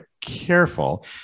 careful